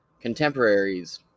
contemporaries